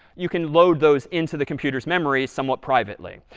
you can load those into the computer's memory somewhat privately.